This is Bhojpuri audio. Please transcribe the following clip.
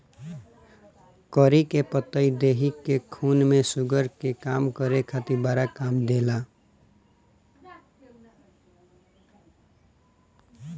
करी के पतइ देहि के खून में शुगर के कम करे खातिर बड़ा काम देला